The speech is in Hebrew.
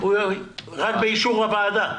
זה רק באישור הוועדה.